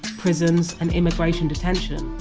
prisons and immigration detention,